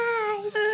eyes